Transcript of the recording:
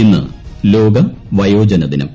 ഇന്ന് ലോക വയോജനദിനം